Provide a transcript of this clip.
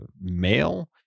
male